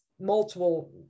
multiple